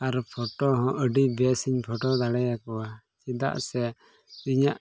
ᱟᱨ photo ᱦᱚᱸ ᱟᱹᱰᱤ ᱵᱮᱹᱥᱤᱧ ᱯᱷᱳᱴᱳ ᱫᱟᱲᱮᱭᱟᱠᱚᱣᱟ ᱪᱮᱫᱟᱜ ᱥᱮ ᱤᱧᱟᱹᱜ